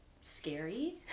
scary